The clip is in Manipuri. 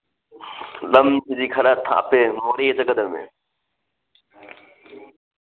ꯂꯝꯁꯤꯗꯤ ꯈꯔ ꯊꯥꯞꯄꯦ ꯃꯣꯔꯦ ꯆꯠꯀꯗꯝꯅꯦ